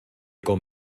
con